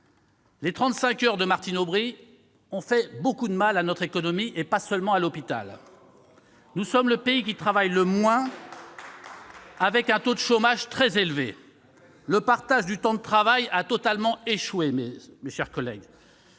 Les 35 heures de Martine Aubry ont fait beaucoup de mal à notre économie, et pas seulement à l'hôpital. Nous sommes le pays où l'on travaille le moins, avec un taux de chômage très élevé. Le partage du temps de travail a totalement échoué, mes chers collègues.